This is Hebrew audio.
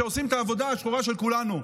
שעושים את העבודה השחורה של כולנו,